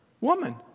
woman